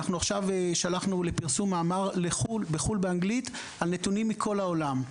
אנחנו עכשיו שלחנו לפרסום מאמר לחו"ל באנגלית על נתונים מכל העולם.